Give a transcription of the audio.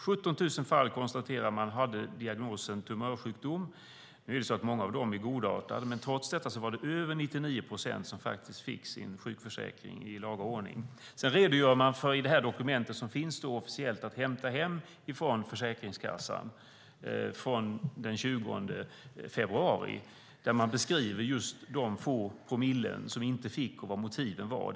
Det konstateras att 17 000 fall hade diagnosen tumörsjukdom - många av dem är godartade - men trots det fick faktiskt över 99 procent ersättning från sin sjukförsäkring, i laga ordning. I dokumentet från den 20 februari, som finns att hämta hem från Försäkringskassan, beskriver man just de få promillen som inte fick ersättning och motiven för det.